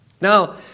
Now